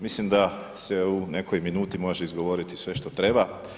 Mislim da se u nekoj minuti može izgovoriti sve što treba.